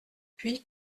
puis